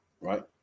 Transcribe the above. right